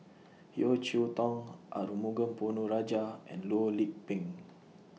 Yeo Cheow Tong Arumugam Ponnu Rajah and Loh Lik Peng